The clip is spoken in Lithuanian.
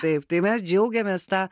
taip tai mes džiaugėmės ta